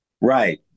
Right